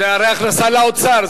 זה הרי הכנסה לאוצר.